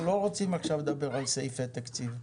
אנחנו לא רוצים עכשיו לדבר על סעיפי תקציב.